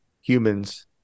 humans